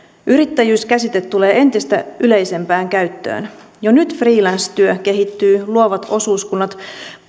yrittäjyys käsite tulee entistä yleisempään käyttöön jo nyt freelancetyö kehittyy luovat osuuskunnat